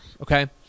okay